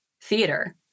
theater